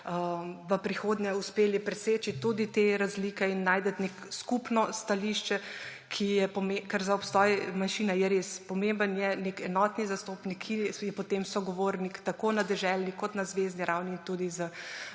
v prihodnje uspeli preseči tudi te razlike in najti neko skupno stališče. Ker za obstoj manjšine je res pomemben nek enoten zastopnik, ki je potem sogovornik tako na deželni kot na zvezni ravni, tudi